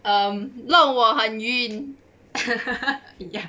um 让我很晕